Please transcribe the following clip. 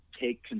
take